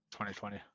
2020